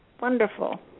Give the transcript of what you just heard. wonderful